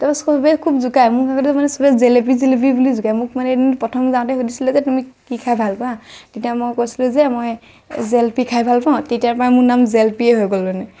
তাৰ পৰা চবেই খুব জোকায় মোক আগতে মানে চবে জেলেপী জেলেপী বুলি জোকায় মোক মানে এদিন প্ৰথম যাওঁতে সুধিছিলে যে তুমি কি খাই ভাল পোৱা তেতিয়া মই কৈছিলোঁ যে মই জেলেপী খাই ভাল পাওঁ তেতিয়াৰ পৰাই মোৰ নাম জেলপীয়ে হৈ গ'ল মানে